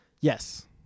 Yes